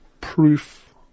proof